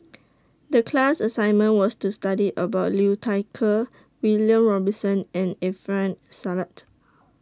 The class assignment was to study about Liu Thai Ker William Robinson and Alfian Sa'at